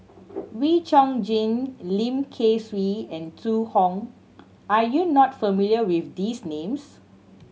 Wee Chong Jin Lim Kay Siu and Zhu Hong are you not familiar with these names